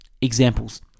examples